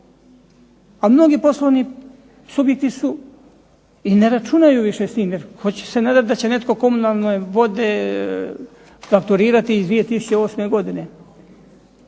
a mnogi poslovni subjekti i ne računaju više s time. Hoće se nadati da će netko Komunalne vode fakturirati iz 2008. godine.